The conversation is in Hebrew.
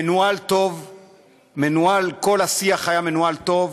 מנוהל טוב, כל השיח היה מנוהל טוב,